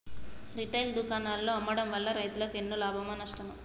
Retail దుకాణాల్లో అమ్మడం వల్ల రైతులకు ఎన్నో లాభమా నష్టమా?